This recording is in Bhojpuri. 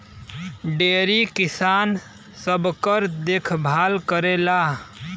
डेयरी किसान सबकर देखभाल करेला